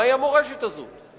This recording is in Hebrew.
מהי המורשת הזאת?